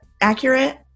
accurate